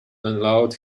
allowed